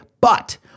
But-